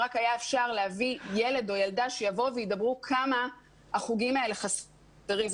אם רק היה אפשר להביא ילד או ילדה שיבואו וידברו כמה החוגים האלה חסרים.